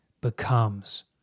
becomes